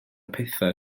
pethau